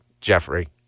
Jeffrey